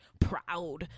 proud